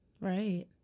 Right